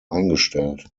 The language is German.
eingestellt